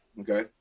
Okay